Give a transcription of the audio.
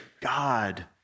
God